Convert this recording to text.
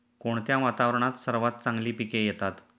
कोणत्या वातावरणात सर्वात चांगली पिके येतात?